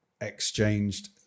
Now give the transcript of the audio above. exchanged